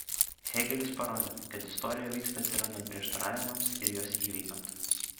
hėgelis parodė kad istorija vyksta atsirandant prieštaravimams ir juos įveikiant